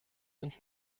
und